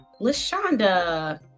Lashonda